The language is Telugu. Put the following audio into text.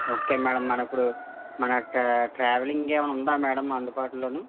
ఓకే మేడం మరి అప్పుడు మనకి ట్రా ట్రావెలింగ్ ఏమైనా ఉందా మేడం అందుబాటులోను